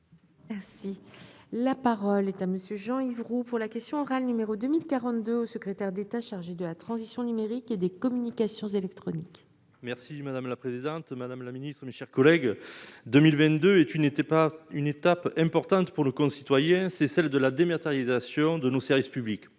Merci. La parole est à monsieur Jean-Yves Roux pour la question orale, numéro 2 1042 au secrétaire d'État chargé de la transition numérique et des communications électroniques. Merci madame la présidente, madame la ministre, mes chers collègues, 2000 22 et tu n'étais pas une étape importante pour le concitoyen, c'est celle de la démilitarisation de nos services publics,